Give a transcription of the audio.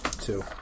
Two